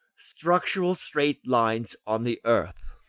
structural straight lines on the earth.